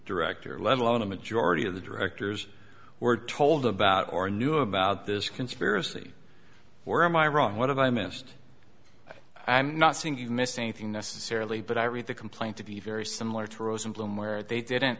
director let alone a majority of the directors were told about or knew about this conspiracy where am i wrong what have i missed i'm not saying you missed anything necessarily but i read the complaint to be very similar to rosenblum where they didn't